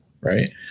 right